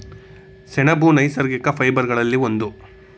ಸೆಣಬು ನೈಸರ್ಗಿಕ ಫೈಬರ್ ಗಳಲ್ಲಿ ಒಂದು